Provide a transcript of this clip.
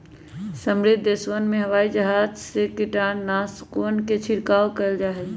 समृद्ध देशवन में हवाई जहाज से कीटनाशकवन के छिड़काव कइल जाहई